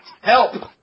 Help